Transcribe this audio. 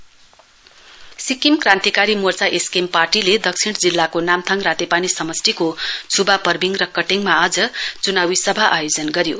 SKM Sikkim Krantikari Morcha SKM पार्टीले दक्षिण जिल्लाको नामथाङ रातेपानी समष्टिको छ्बा परबिङ र कटेङमा च्नावी सभा आयोजना गऱ्यो